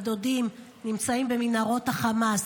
הדודים נמצאים במנהרות החמאס.